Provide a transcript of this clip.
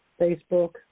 Facebook